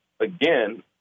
again